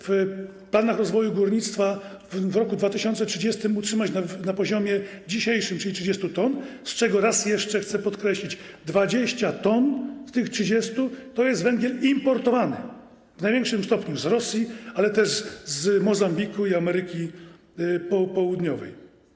W planach rozwoju górnictwa w roku 2030 planujecie utrzymać je na poziomie dzisiejszym, czyli 30 t, przy czym, raz jeszcze chcę podkreślić, 20 t z tych 30 to jest węgiel importowany w największym stopniu z Rosji, ale też z Mozambiku i Ameryki Południowej.